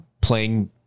playing